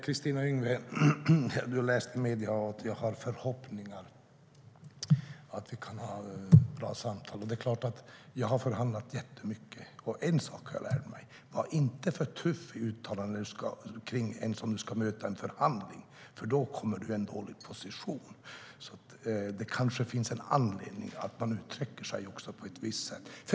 Kristina Yngwe läste i medierna att jag har förhoppningar att vi kan ha bra samtal. Jag har förhandlat jättemycket. En sak har jag lärt mig. Var inte för tuff i uttalanden om någon som du ska möta i en förhandling, för då kommer du i en dålig position. Det kanske finns en anledning att man uttrycker sig på ett visst sätt.